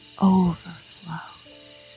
overflows